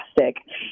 fantastic